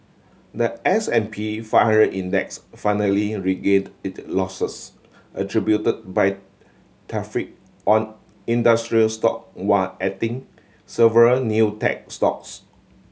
the S and P five hundred Index finally regained it losses attribute by tariff on industrial stock one adding several new tech stocks